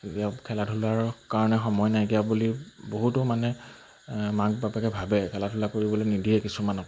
এতিয়া খেলা ধূলাৰ কাৰণে সময় নাইকিয়া বুলি বহুতো মানে মাক বাপেকে ভাবে খেলা ধূলা কৰিবলৈ নিদিয়ে কিছুমানক